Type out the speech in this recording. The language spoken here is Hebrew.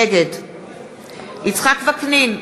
נגד יצחק וקנין,